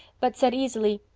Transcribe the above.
but said easily,